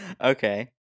okay